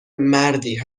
مردی